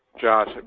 Josh